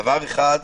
דבר אחד,